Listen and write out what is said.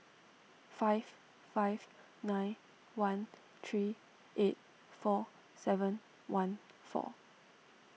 five five nine one three eight four seven one four